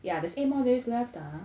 yeah there's eight more days left ah